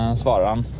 um svartholm